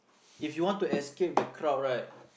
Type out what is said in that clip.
if you want to escape the crowd right